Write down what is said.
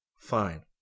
Fine